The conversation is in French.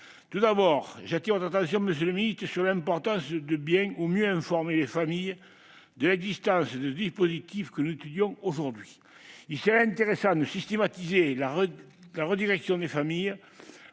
d'État, j'appelle votre attention sur l'importance de bien, ou de mieux informer les familles de l'existence des dispositifs que nous examinons aujourd'hui. Il serait intéressant de systématiser la redirection des familles